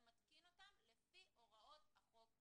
הוא מתקין אותם לפי הוראות החוק הזה.